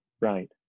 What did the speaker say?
Right